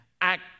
act